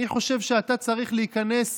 אני חושב שאתה צריך להיכנס